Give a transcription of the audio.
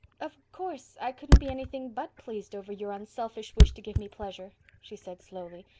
of course i couldn't be anything but pleased over your unselfish wish to give me pleasure, she said slowly.